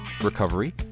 recovery